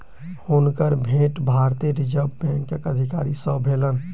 हुनकर भेंट भारतीय रिज़र्व बैंकक अधिकारी सॅ भेलैन